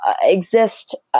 exist